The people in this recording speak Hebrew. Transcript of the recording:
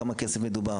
כמה כסף מדובר,